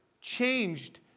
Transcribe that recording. changed